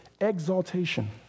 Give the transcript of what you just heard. exaltation